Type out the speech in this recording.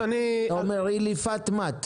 או שאתה אומר "אילי פאת מאת"?